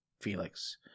Felix